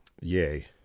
Yay